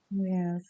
yes